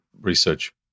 research